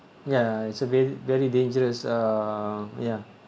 ya it's uh very very dangerous uh ya